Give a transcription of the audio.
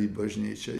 į bažnyčią